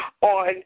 on